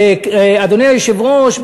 אדוני היושב-ראש,